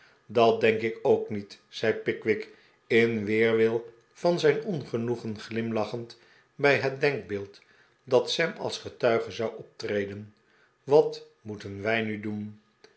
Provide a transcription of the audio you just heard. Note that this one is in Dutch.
dat denk ik ook niet zei pickwick in weerwil van zijn ongenoegen glimlachend bij het denkbeeld dat sam als getuige zou optreden wat moeten wij nu doen